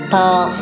Paul